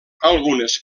algunes